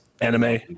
Anime